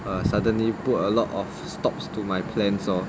err suddenly put a lot of stops to my plans lor